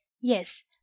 Yes